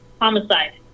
Homicide